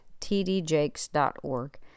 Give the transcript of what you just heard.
tdjakes.org